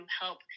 help